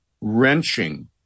wrenching